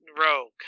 Rogue